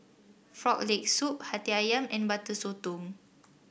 Frog Leg Soup hati ayam and Butter Sotong